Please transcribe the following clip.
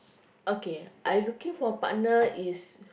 okay I looking for partner is